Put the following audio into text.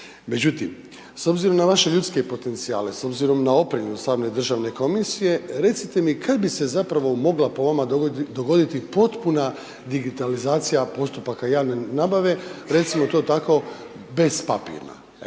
Međutim, s obzirom na vaše ljudske potencijale, s obzirom na opremljenost same državne komisije recite mi kada bi se zapravo mogla po vama dogoditi potpuna digitalizacija postupaka javne nabave, recimo to tako bez papirna.